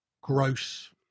gross